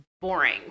boring